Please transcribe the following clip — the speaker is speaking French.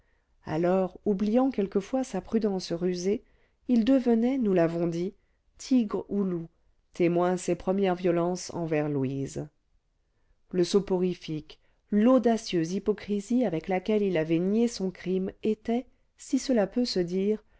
alors oubliant quelquefois sa prudence rusée il devenait nous l'avons dit tigre ou loup témoin ses premières violences envers louise le soporifique l'audacieuse hypocrisie avec laquelle il avait nié son crime étaient si cela peut se dire